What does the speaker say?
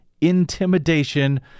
intimidation